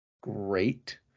great